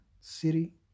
city